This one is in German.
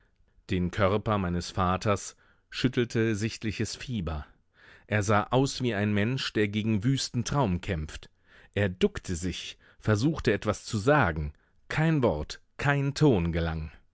den körper meines vaters schüttelte sichtliches fieber er sah aus wie ein mensch der gegen wüsten traum kämpft er duckte sich versuchte etwas zu sagen kein wort kein ton gelang